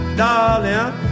darling